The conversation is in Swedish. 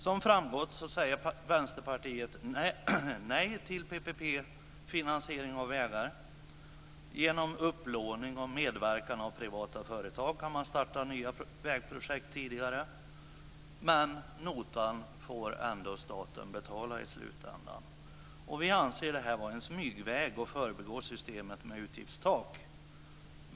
Som framgått säger Vänsterpartiet nej till PPP finansiering av vägar. Genom upplåning och medverkan av privata företag kan man starta nya vägprojekt tidigare, men notan får staten ändå i slutändan betala. Vi anser att det här är en smygväg att förbigå systemet med utgiftstak.